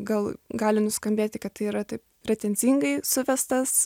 gal gali nuskambėti kad tai yra taip pretenzingai suvestas